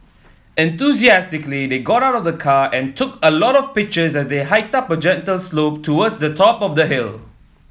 enthusiastically they got out of the car and took a lot of pictures as they hiked up a gentle slope towards the top of the hill